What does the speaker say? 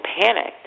panicked